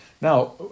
Now